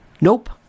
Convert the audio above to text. Nope